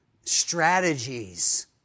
strategies